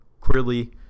clearly